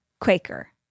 Quaker